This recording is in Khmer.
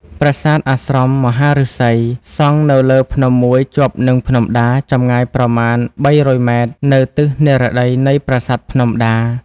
ប្រាសាទអាស្រមមហាឫសី សង់នៅលើភ្នំមួយជាប់នឹងភ្នំដា ចម្ងាយប្រមាណ ៣០០ ម៉ែត្រ ទៅទិសនីរតីនៃប្រាសាទភ្នំដា។